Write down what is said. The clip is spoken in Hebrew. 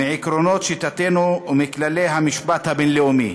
מעקרונות שיטתנו ומכללי המשפט הבין-לאומי.